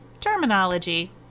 terminology